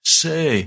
say